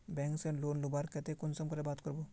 Bank से loan लुबार केते कुंसम करे बात करबो?